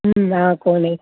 ఉందా కొన్ని